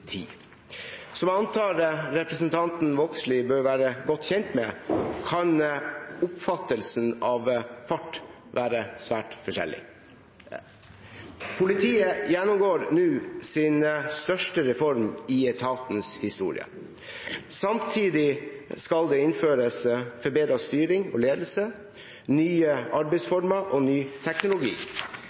Som jeg antar representanten Vågslid bør være godt kjent med, kan oppfattelsen av fart være svært forskjellig. Politiet gjennomgår nå sin største reform i etatens historie. Samtidig skal det innføres forbedret styring og ledelse, nye arbeidsformer og ny teknologi.